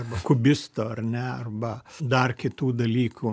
arba kubisto ar ne arba dar kitų dalykų